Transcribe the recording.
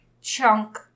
chunk